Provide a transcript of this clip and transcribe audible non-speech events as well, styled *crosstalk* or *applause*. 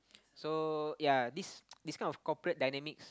so ya this *noise* this kind of corporate dynamics